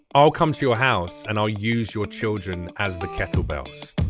i'll come to your house and i'll use your children as the kettle bells